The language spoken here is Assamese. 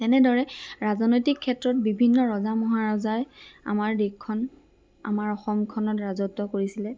তেনেদৰে ৰাজনৈতিক ক্ষেত্ৰত বিভিন্ন ৰজা মহাৰজাই আমাৰ দেশখন আমাৰ অসমখনত ৰাজত্ব কৰিছিলে